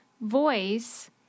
voice